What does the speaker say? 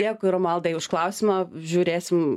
dėkui romaldai už klausimą žiūrėsim